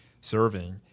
serving